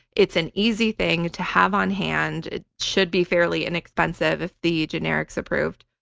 it's an easy thing to have on hand. it should be fairly inexpensive if the generic's approved,